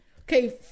Okay